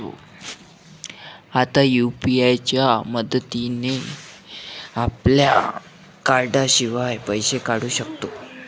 आता यु.पी.आय च्या मदतीने आपल्या कार्डाशिवाय पैसे काढू शकतो